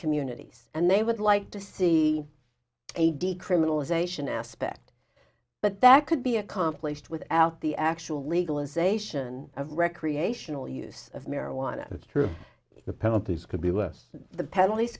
communities and they would like to see a decriminalization aspect but that could be accomplished without the actual legalization of recreational use of marijuana it's true the penalties could be less the penalties